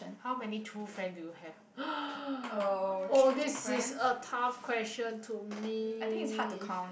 how many true friend do you have oh this is a tough question to me